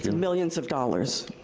millions of dollars.